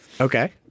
Okay